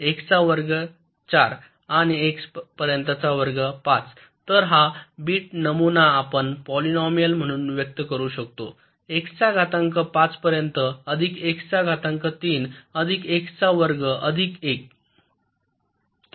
x चा वर्ग 4 आणि x पर्यंतचा वर्ग 5 तर हा बिट नमुना आपण पॉलिनोमियाल म्हणून व्यक्त करू शकतो x चा घातांक 5 पर्यंत अधिक x चा घातांक 3 अधिक x चा वर्ग अधिक 1